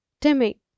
Timmy